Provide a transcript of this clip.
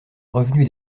revenu